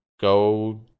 go